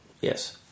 Yes